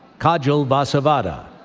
kajal vasavada.